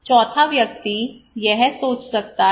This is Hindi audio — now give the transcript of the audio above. चौथा व्यक्ति यह सोच सकता है